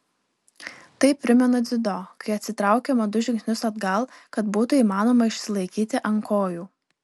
tai primena dziudo kai atsitraukiama du žingsnius atgal kad būtų įmanoma išsilaikyti ant kojų